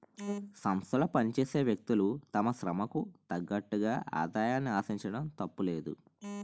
సంస్థలో పనిచేసే వ్యక్తులు తమ శ్రమకు తగ్గట్టుగా ఆదాయాన్ని ఆశించడం తప్పులేదు